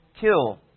kill